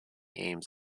aims